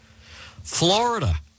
Florida